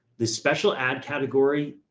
the special ad category.